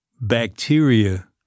bacteria